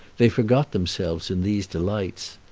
they forgot themselves in these delights.